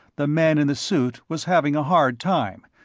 the man in the suit was having a hard time,